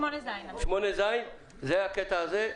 זה הקטע הזה.